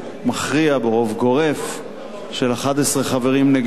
ברוב גורף של 11 חברים נגד שני חברים,